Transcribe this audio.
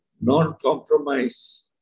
non-compromise